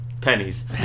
Pennies